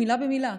מילה במילה.